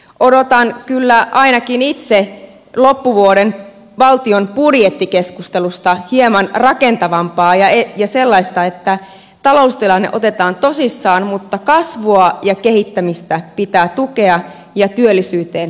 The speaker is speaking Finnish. odotan kyllä ainakin itse loppuvuoden valtion budjettikeskustelusta hieman rakentavampaa ja sellaista että taloustilanne otetaan tosissaan mutta kasvua ja kehittämistä pitää tukea ja työllisyyteen pitää panostaa